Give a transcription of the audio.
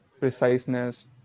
preciseness